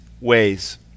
ways